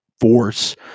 force